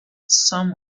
some